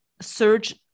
search